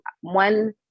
One